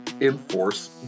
enforce